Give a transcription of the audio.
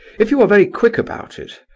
if you are very quick about it.